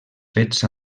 fets